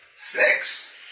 Six